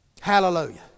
Hallelujah